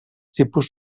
tipus